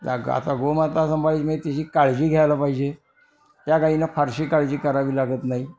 the आता गोमाता संभाळायची म्हणजे तिची काळजी घ्यायला पाहिजे त्या गाईंना फारशी काळजी करावी लागत नाही